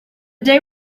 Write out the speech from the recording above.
day